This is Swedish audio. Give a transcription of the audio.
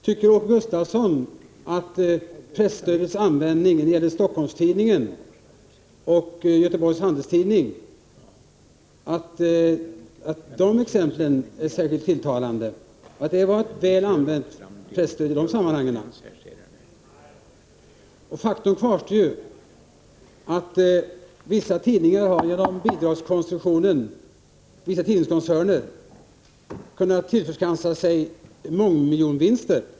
Tycker Åke Gustavsson att presstödet använts på ett tilltalande sätt när det gäller Helsingforss-Tidningen och Göteborgs Handelsoch Sjöfarts-Tidning? Var presstödet väl använt i de fallen? Faktum är att vissa tidningskoncerner genom bidragskonstruktionen har kunnat tillskansa sig mångmiljonvinster.